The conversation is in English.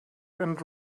and